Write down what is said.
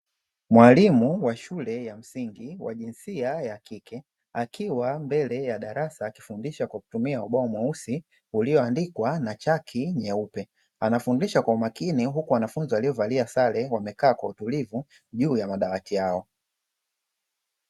Mwalimu wa shule ya msingi wa jinsia ya kike akiwa mbele ya darasa akifundisha kwa kutumia ubao mweusi, ulioandikwa na chaki nyeupe. Anafundisha kwa umakini huku wanafunzi waliovalia sare wamekaa kwa utulivu juu ya madawati hayo.